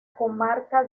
comarca